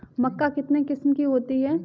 मक्का कितने किस्म की होती है?